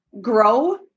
grow